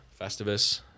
Festivus